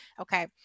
Okay